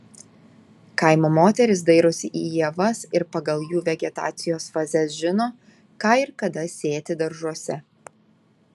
kaimo moterys dairosi į ievas ir pagal jų vegetacijos fazes žino ką ir kada sėti daržuose